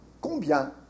Combien